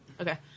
Okay